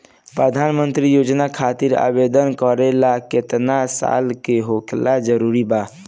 प्रधानमंत्री योजना खातिर आवेदन करे ला केतना साल क होखल जरूरी बा?